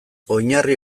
oinarri